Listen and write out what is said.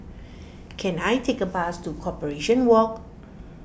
can I take a bus to Corporation Walk